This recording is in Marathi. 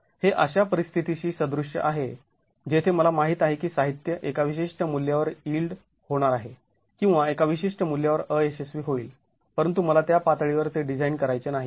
हे अशा परिस्थितीशी सदृश्य आहे जेथे मला माहित आहे की साहित्य एका विशिष्ट मूल्यावर यिल्ड होणार आहे किंवा एका विशिष्ट मूल्यावर अयशस्वी होईल परंतु मला त्या पातळीवर ते डिझाईन करायचे नाही